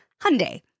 Hyundai